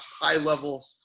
high-level